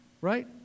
right